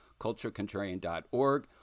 culturecontrarian.org